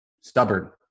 stubborn